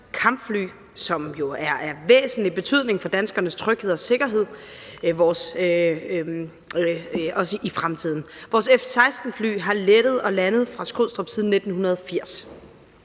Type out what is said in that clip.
kampfly, som jo er af væsentlig betydning for danskernes tryghed og sikkerhed, også i fremtiden. Vores F-16-fly har lettet og landet fra Skrydstrup siden 1980,